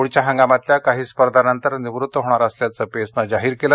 पुढच्या हंगामातल्या काही स्पर्धानंतर निवृत्त होणार असल्याचं पेसनं जाहीर केलं